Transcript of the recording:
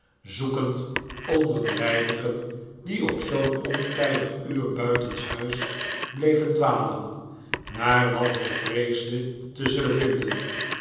zoekend onder de weinigen die op zoo'n ontijdig uur buitenshuis bleven dwalen naar wat hij vreesde te zullen vinden